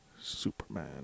Superman